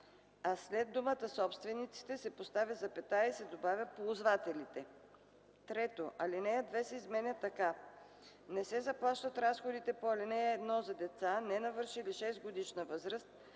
а след думата „собствениците” се поставя запетая и се добавя „ползвателите”. 3. Алинея 2 се изменя така: „(2) Не се заплащат разходите по ал. 1 за деца, ненавършили 6-годишна възраст,